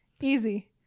Easy